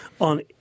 on